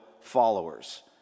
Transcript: followers